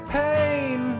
pain